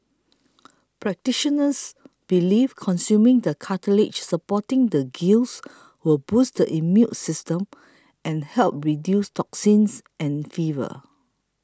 practitioners believe consuming the cartilage supporting the gills will boost the immune system and help reduce toxins and fever